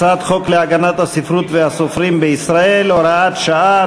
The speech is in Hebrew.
הצעת חוק להגנת הספרות והסופרים בישראל (הוראת שעה),